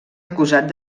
acusat